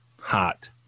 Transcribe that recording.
hot